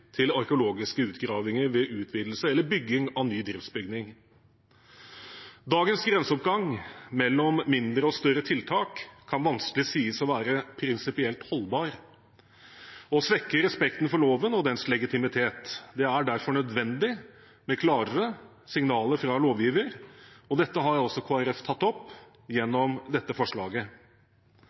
til store arkeologiske utgravinger ved utvidelse eller bygging av ny driftsbygning. Dagens grenseoppgang mellom «mindre» og «større» tiltak kan vanskelig sies å være prinsipielt holdbar og svekker respekten for loven og dens legitimitet. Det er derfor nødvendig med klarere signaler fra lovgiver, og dette har Kristelig Folkeparti tatt opp gjennom dette forslaget.